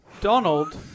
Donald